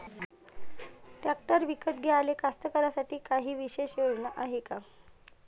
Tractor विकत घ्याले कास्तकाराइसाठी कायी विशेष योजना हाय का?